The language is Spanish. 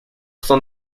son